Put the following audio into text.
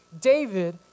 David